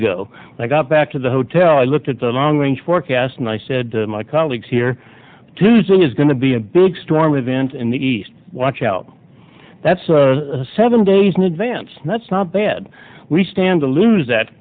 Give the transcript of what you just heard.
ago i got back to the hotel i looked at the long range forecast and i said to my colleagues here tuesday is going to be a big storm event in the east watch out that's seven days in advance that's not bad we stand to lose that